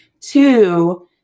Two